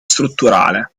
strutturale